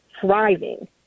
thriving